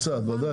הממוצעת ודאי.